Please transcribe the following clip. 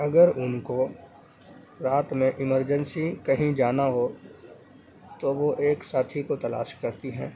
اگر ان کو رات میں ایمرجنسی کہیں جانا ہو تو وہ ایک ساتھی کو تلاش کرتی ہیں